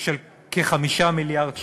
הוא של כ-5 מיליארד שקל.